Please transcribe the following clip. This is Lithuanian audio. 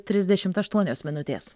trisdešimt aštuonios minutės